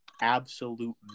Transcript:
Absolute